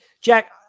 Jack